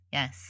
Yes